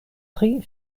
pri